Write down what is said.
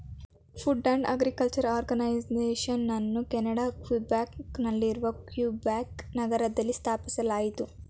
food and agriculture ಆರ್ಗನೈಸೇಷನನ್ನು ಕೆನಡಾದ Quebec ನಲ್ಲಿರುವ ಕ್ಯುಬೆಕ್ ನಗರದಲ್ಲಿ ಸ್ಥಾಪಿಸಲಾಯಿತು